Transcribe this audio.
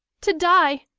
to die!